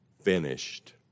finished